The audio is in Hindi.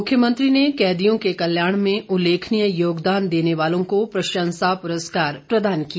मुख्यमंत्री ने कैदियों के कल्याण में उल्लेखनीय योगदान देने वालों को प्रशंसा पुरस्कार प्रदान किए